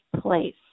place